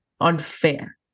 unfair